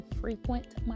frequent